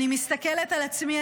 אני מסתכלת על עצמי,